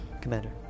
Commander